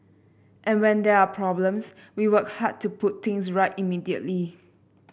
and when there are problems we work hard to put things right immediately